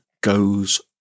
goes